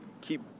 keep